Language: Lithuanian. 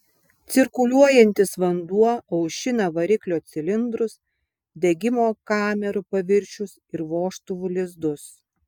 cirkuliuojantis vanduo aušina variklio cilindrus degimo kamerų paviršius ir vožtuvų lizdus